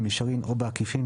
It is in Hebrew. במישרין או בעקיפין,